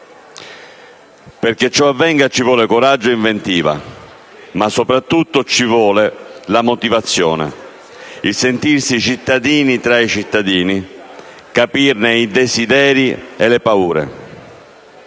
Perché ciò avvenga ci vogliono coraggio e inventiva, ma, soprattutto, occorrono la motivazione, il sentirsi cittadini tra i cittadini e capirne i desideri e le paure.